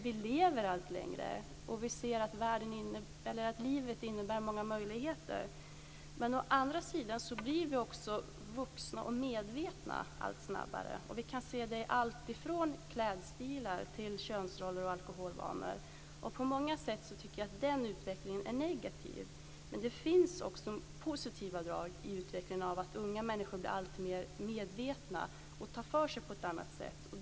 Vi lever allt längre, och vi ser att livet innebär många möjligheter. Men å andra sidan blir vi också vuxna och medvetna allt snabbare. Vi kan se det alltifrån klädstilar till könsroller och alkoholvanor. På många sätt tycker jag att den utvecklingen är negativ. Men det finns också positiva drag i utvecklingen. Unga människor blir alltmer medvetna och tar för sig på ett annat sätt.